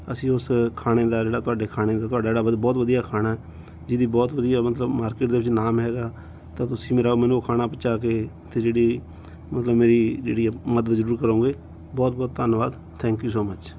ਅਸੀਂ ਉਸ ਖਾਣੇ ਦਾ ਜਿਹੜਾ ਤੁਹਾਡੇ ਖਾਣੇ ਦਾ ਤੁਹਾਡਾ ਜਿਹੜਾ ਬਹੁਤ ਵਧੀਆ ਖਾਣਾ ਜਿਹਦੀ ਬਹੁਤ ਵਧੀਆ ਮਤਲਬ ਮਾਰਕੀਟ ਦੇ ਵਿੱਚ ਨਾਮ ਹੈਗਾ ਤਾਂ ਤੁਸੀਂ ਮੇਰਾ ਮੈਨੂੰ ਉਹ ਖਾਣਾ ਪਹੁੰਚਾ ਕੇ ਅਤੇ ਜਿਹੜੀ ਮਤਲਬ ਮੇਰੀ ਜਿਹੜੀ ਹੈ ਮਦਦ ਜ਼ਰੂਰ ਕਰੋਗੇ ਬਹੁਤ ਬਹੁਤ ਧੰਨਵਾਦ ਥੈਂਕ ਯੂ ਸੋ ਮੱਚ